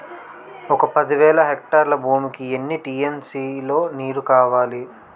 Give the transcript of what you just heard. ఒక పది వేల హెక్టార్ల భూమికి ఎన్ని టీ.ఎం.సీ లో నీరు కావాలి?